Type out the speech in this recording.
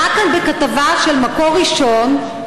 עלה כאן בכתבה של מקור ראשון,